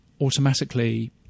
automatically